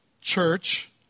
church